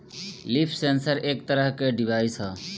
leaf sensor एक तरह के के डिवाइस ह